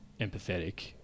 empathetic